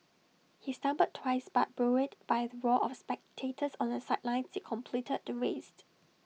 he stumbled twice but buoyed by the roar of spectators on the sidelines he completed the race